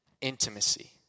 intimacy